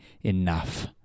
enough